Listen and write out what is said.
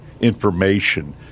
information